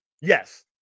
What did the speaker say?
Yes